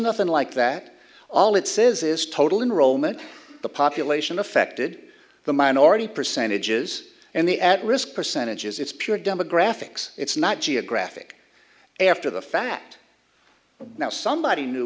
nothing like that all it says is total enrollment the population affected the minority percentages and the at risk percentages it's pure demographics it's not geographic after the fact but now somebody new